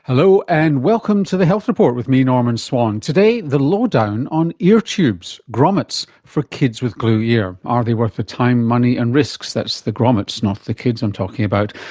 hello, and welcome to the health report with me, norman swan. today, the low-down on ear tubes grommets for kids with glue ear. are they worth the time, money and risks? that's the grommets, not the kids, i'm talking about!